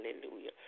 Hallelujah